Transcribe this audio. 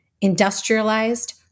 industrialized